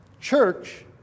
church